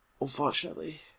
unfortunately